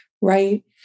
right